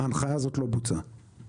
ההנחיה הזאת לא בוצעה.